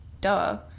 duh